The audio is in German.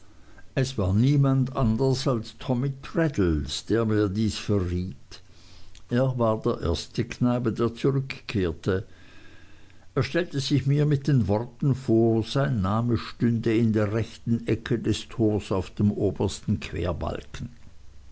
es war niemand anders als tommy traddles der mir dies verriet er war der erste knabe der zurückkehrte er stellte sich mir mit den worten vor sein name stünde in der rechten ecke des tors auf dem obersten querbalken